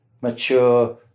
mature